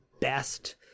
best